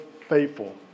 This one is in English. faithful